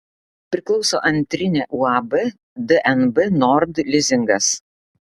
priklauso antrinė uab dnb nord lizingas